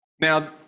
Now